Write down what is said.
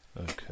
Okay